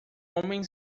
homem